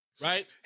Right